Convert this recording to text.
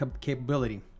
capability